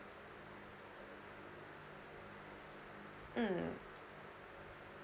mm